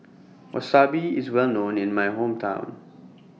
Wasabi IS Well known in My Hometown